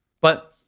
But-